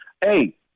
Hey